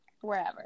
wherever